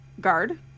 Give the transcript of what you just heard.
guard